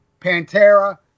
Pantera